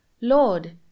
Lord